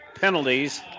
penalties